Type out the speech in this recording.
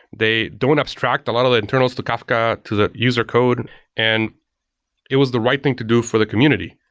they don't abstract a lot of the internals to kafka to the user code and it was the right thing to do for the community.